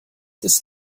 isst